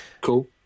Cool